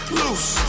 loose